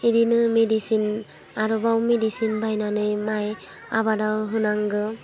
एदिनो medicine आरोबाव medicine बाहायनानै माय आबादाव होनांगो